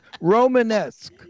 Romanesque